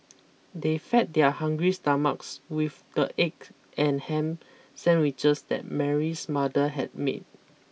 they fed their hungry stomachs with the egg and ham sandwiches that Mary's mother had made